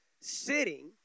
sitting